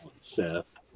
Seth